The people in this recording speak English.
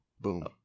Boom